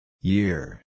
Year